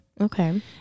Okay